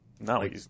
No